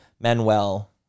Manuel